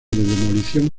demolición